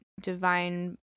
divine